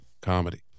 comedy